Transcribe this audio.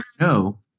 no